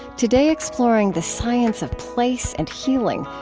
today exploring the science of place and healing,